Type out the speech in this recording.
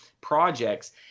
projects